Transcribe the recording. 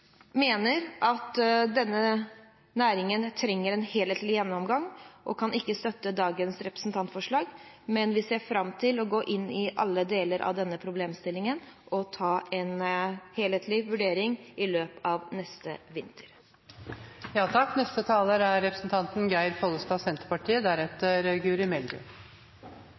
mener at denne næringen trenger en helhetlig gjennomgang og kan ikke støtte dagens representantforslag, men vi ser fram til å gå inn i alle deler av denne problemstillingen og ta en helhetlig vurdering i løpet av neste vinter. Senterpartiet ønsker å videreføre en norsk pelsdyrnæring. Senterpartiet